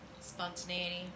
Spontaneity